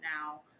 now